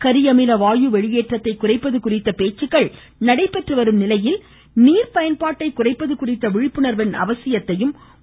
கரியமில வாயு வெளியேற்றத்தை குறைப்பது குறித்த பேச்சுக்கள் நடைபெற்று வரும் நிலையில் நீர் பயன்பாட்டை குறைப்பது குறித்த விழிப்புணர்வின் அவசியத்தையும் அவர் வலியுறுத்தினார்